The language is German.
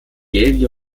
yale